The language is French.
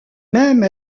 même